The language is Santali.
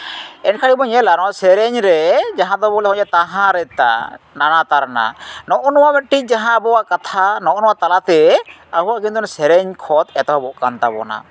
ᱮᱱᱠᱷᱟᱱ ᱡᱩᱫᱤ ᱵᱚᱱ ᱧᱮᱞᱟ ᱱᱚᱣᱟ ᱥᱮᱨᱮᱧ ᱨᱮ ᱡᱟᱦᱟᱸ ᱫᱚ ᱵᱚᱞᱮ ᱛᱟᱦᱟ ᱨᱮᱛᱟ ᱱᱟᱱᱟ ᱛᱟᱨᱱᱟ ᱱᱚᱜᱼᱚᱭ ᱱᱚᱣᱟ ᱢᱤᱫᱴᱤᱡ ᱡᱟᱦᱟᱸ ᱟᱵᱚᱣᱟᱜ ᱠᱟᱛᱷᱟ ᱱᱚᱜᱼᱚᱭ ᱱᱚᱣᱟ ᱛᱟᱞᱟᱛᱮ ᱟᱵᱚ ᱠᱤᱱᱛᱩ ᱥᱮᱨᱮᱧ ᱠᱷᱚᱫᱽ ᱮᱛᱚᱦᱚᱵᱚᱜ ᱠᱟᱱ ᱛᱟᱵᱚᱱᱟ